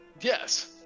Yes